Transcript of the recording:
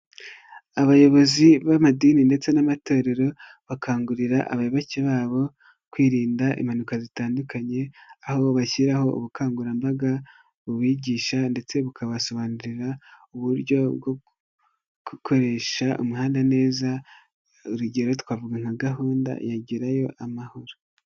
Abayobozi b'amadini ndetse n'amatorero bakangurira abayoboke babo kwirinda impanuka zitandukanye aho bashyiraho ubukangurambaga bubigisha ndetse bukabasobanurira uburyo bwo gukoresha umuhanda neza, urugero twavuga nka gahunda ya Gerayo Amahoro.